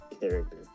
character